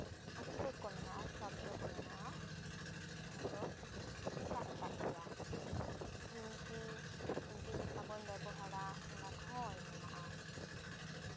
ᱚᱠᱠᱷᱚᱨ ᱠᱚ ᱢᱮᱱᱟᱜᱼᱟ ᱥᱚᱵᱫᱚ ᱠᱚ ᱢᱮᱱᱟᱜᱼᱟ ᱡᱟᱦᱟᱸ ᱫᱚ ᱮᱴᱟᱜ ᱮᱴᱟᱜ ᱜᱮᱭᱟ ᱰᱷᱤᱝᱠᱤ ᱰᱷᱤᱝᱠᱤ ᱪᱮᱫ ᱠᱟ ᱵᱚᱱ ᱵᱮᱵᱚᱦᱟᱨᱟ ᱚᱱᱟ ᱠᱚᱦᱚᱸ ᱚᱞ ᱢᱮᱱᱟᱜᱼᱟ